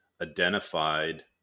identified